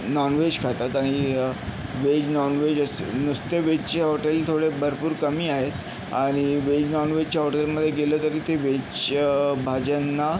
non veg खातात आणि veg non veg असे नुसते व्हेजचे हॉटेल थोडे भरपूर कमी आहेत आणि व्हेज नॉनव्हेजच्या हॉटेलमध्ये गेलं तरी ते व्हेजच्या भाज्यांना